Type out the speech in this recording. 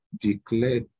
declare